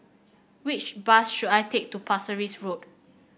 which bus should I take to Pasir Ris Road